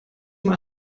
mal